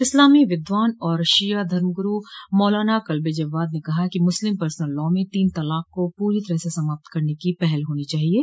इस्लामी विद्वान और शिया धर्मगुरू मौलाना कल्बे जव्वाद ने कहा है कि मुस्लिम पर्सनल लॉ में तीन तलाक को पूरी तरह से समाप्त करने की पहल होनी चाहिये